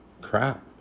crap